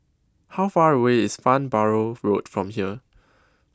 How Far away IS Farnborough Road from here